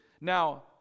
Now